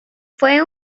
fue